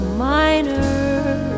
minor